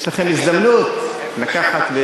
יש לכם הזדמנות לקחת,